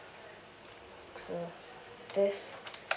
so this